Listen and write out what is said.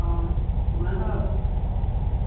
हुन त